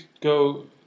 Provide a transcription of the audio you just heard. go